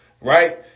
right